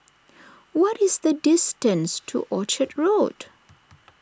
what is the distance to Orchard Road